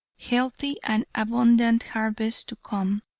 healthy, and abundant harvest to come.